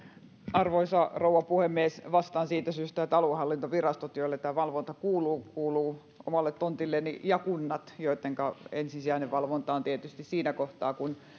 arvoisa rouva puhemies vastaan siitä syystä että aluehallintovirastot joille tämä valvonta kuuluu kuuluvat omalle tontilleni ja kunnat joittenka ensisijainen valvonta tapahtuu tietysti sen vuoksi että